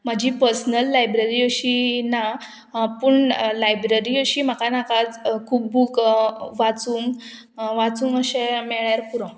म्हाजी personal library अशी ना पूण लायब्ररी अशी म्हाका नाकाच खूब बूक वाचूंक वाचूंक अशें मेळ्ळ्यार पुरो